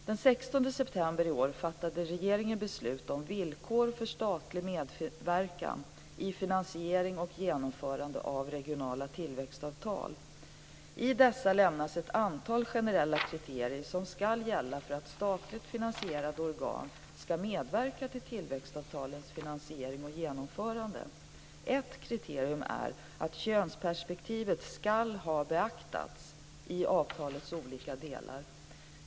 Den 16 september i år fattade regeringen beslut om "villkor för statlig medverkan i finansiering och genomförande av regionala tillväxtavtal". I dessa lämnas ett antal generella kriterier som ska gälla för att statligt finansierade organ ska medverka till tillväxtavtalens finansiering och genomförande. Ett kriterium är att könsperspektivet ska ha beaktats i avtalets olika delar.